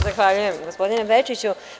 Zahvaljujem gospodine Bečiću.